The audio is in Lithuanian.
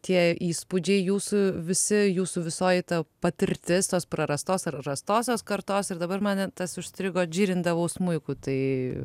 tie įspūdžiai jūs visi jūsų visoj ta patirtis tos prarastos ar rastosios kartos ir dabar mane tas užstrigo džirindavau smuiku tai